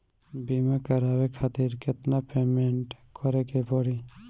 बीमा करावे खातिर केतना पेमेंट करे के पड़ी?